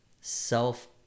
self